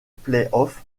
playoff